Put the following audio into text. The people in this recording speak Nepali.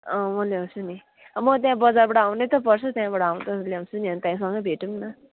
अ म ल्याउँछु नि अब म त्यहाँ बजारबाट आउनै त पर्छ त्यहाँबाट आउँदा ल्याउँछु नि अन्त सँगै भेटौँ न